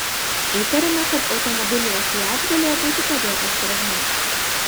įtariama kad automobilyje fiat galėjo būti padėtas sprogmuo